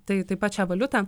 tai taip pat šią valiutą